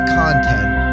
content